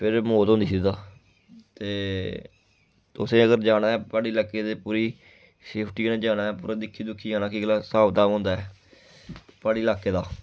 फिर मौत होंदी सिद्धा ते तुसें अगर जाना ऐ प्हाड़ी लाके दी पूरी सेफ्टी कन्नै जाना पूरा दिक्खी दुक्खी जाना केह् अगला स्हाब स्हाब होंदा ऐ प्हाड़ी लाके दा